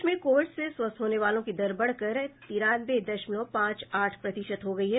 देश में कोविड से स्वस्थ होने वालों की दर बढ़कर तिरानवे दशमलव पांच आठ प्रतिशत हो गई है